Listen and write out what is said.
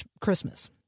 Christmas